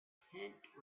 tent